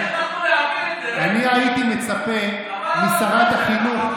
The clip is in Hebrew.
אני הייתי מצפה משרת החינוך -- רד.